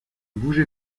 bougez